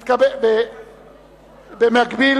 במקביל,